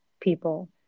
people